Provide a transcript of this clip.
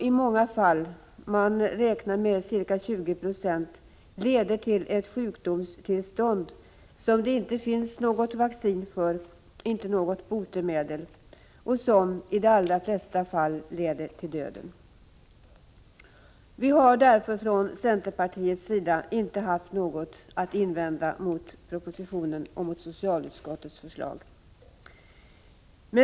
I många fall, man räknar med ca 20 20, leder smittan till ett sjukdomstillstånd som det inte finns något vaccin och inte heller något annat botemedel mot, och i de allra flesta fall leder detta sjukdomstillstånd till döden. Vi har därför från centerpartiet inte haft något att invända mot propositionen och socialutskottets förslag.